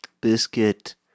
Biscuit